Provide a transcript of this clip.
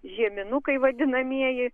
žieminukai vadinamieji